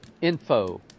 Info